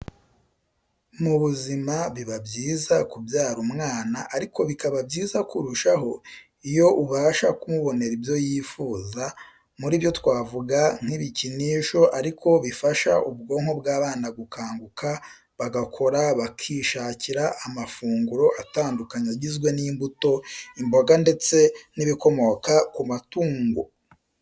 Mu buzima biba byiza kubyara umwana ariko bikaba byiza kurushaho iyo ubasha kumubonera ibyo yifuza, muri byo twavuga nk'ibikinisho ariko bifasha ubwonko bw'abana gukanguka bagakora bakishakira amafunguro atandukanye agizwe n'imbuto, imboga ndetse n'ibikomoka ku matungo.